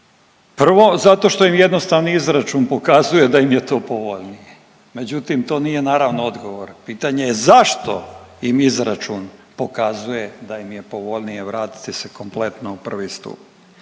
Prvo zato što im jednostavni izračun pokazuje da im je to povoljnije. Međutim, to nije naravno odgovor. Pitanje je zašto im izračun pokazuje da im je povoljnije vratiti se kompletno u 1. stup.